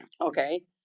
Okay